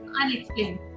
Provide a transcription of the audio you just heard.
unexplained